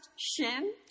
Shin